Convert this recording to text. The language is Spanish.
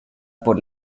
por